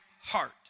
heart